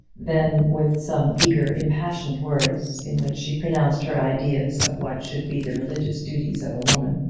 then, with some eager impassioned words, in which she pronounced her ideas of what should be the religious duties of a woman,